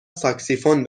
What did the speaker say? ساکسیفون